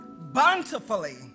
bountifully